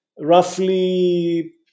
roughly